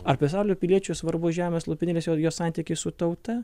ar pasaulio piliečiui svarbus žemės lopinėlis ir jo santykis su tauta